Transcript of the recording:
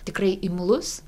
tikrai imlus